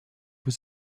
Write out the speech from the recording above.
was